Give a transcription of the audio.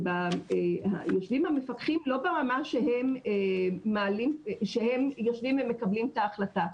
יושבים המפקחים לא ברמה שהם יושבים ומקבלים את ההחלטה.